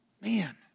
Man